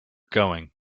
going